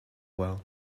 well